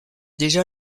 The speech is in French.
déjà